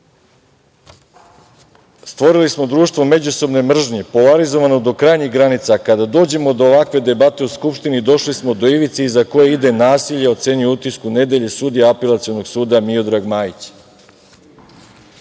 „Stvorili smo društvo međusobne mržnje, polarizovano do krajnjih granica, a kada dođemo do ovakve debate u Skupštini, došli smo do ivice iza koje ide nasilje“, ocenjuje u „Utisku nedelje“ sudija Apelacionog suda, Miodrag